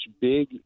big